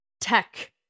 tech